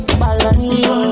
Balance